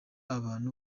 abantu